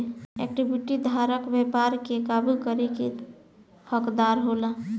equity धारक व्यापार के काबू करे के हकदार होला